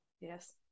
yes